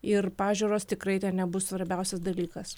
ir pažiūros tikrai ten nebus svarbiausias dalykas